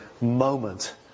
moment